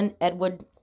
Edward